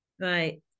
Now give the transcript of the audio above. Right